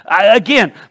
again